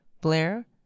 Blair